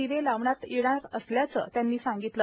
दिवे लावण्यात येणार असल्याचं त्यांनी सांगितलं